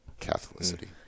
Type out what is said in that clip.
Catholicity